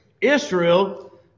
Israel